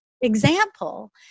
example